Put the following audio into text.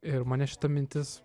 ir mane šita mintis